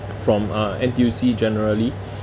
from uh N_T_U_C generally